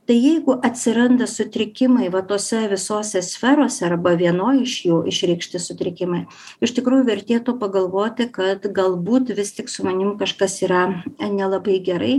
tai jeigu atsiranda sutrikimai va tose visose sferose arba vienoj iš jų išreikšti sutrikimai iš tikrųjų vertėtų pagalvoti kad galbūt vis tik su manim kažkas yra nelabai gerai